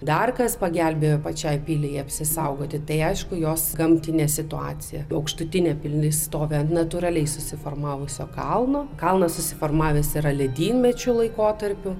dar kas pagelbėjo pačiai piliai apsisaugoti tai aišku jos gamtinė situacija aukštutinė pilis stovi ant natūraliai susiformavusio kalno kalnas susiformavęs yra ledynmečio laikotarpiu